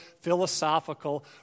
philosophical